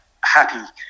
happy